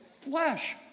flesh